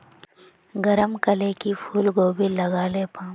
गरम कले की फूलकोबी लगाले पाम?